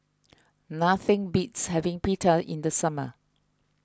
nothing beats having Pita in the summer